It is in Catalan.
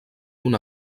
una